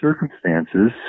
circumstances